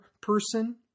person